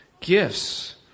gifts